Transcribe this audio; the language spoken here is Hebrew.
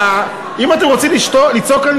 אם אתם רוצים לצעוק,